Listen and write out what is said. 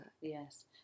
Yes